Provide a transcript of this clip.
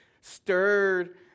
stirred